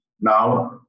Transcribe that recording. Now